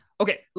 okay